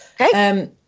Okay